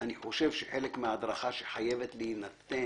אני חושב שזה חלק מההדרכה שחייבת להינתן.